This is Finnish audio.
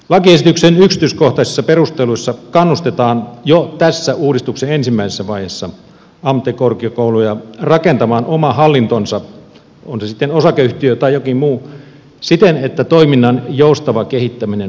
lakiesityksen yksityiskohtaisissa perusteluissa kannustetaan jo tässä uudistuksen ensimmäisessä vaiheessa ammattikorkeakouluja rakentamaan oma hallintonsa on se sitten osakeyhtiö tai jokin muu siten että toiminnan joustava kehittäminen on mahdollista